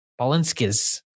Balinskis